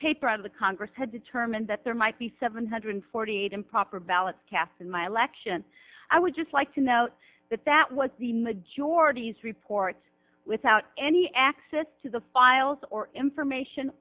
paper of the congress had determined that there might be seven hundred forty eight improper ballots cast in my election i would just like to note that that was the majority's report without any access to the files or information